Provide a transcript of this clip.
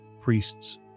priests